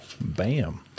Bam